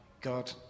God